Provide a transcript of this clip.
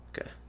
Okay